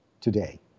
today